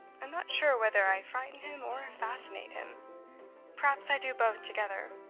i am not sure whether i frighten him or fascinate him perhaps i do both together.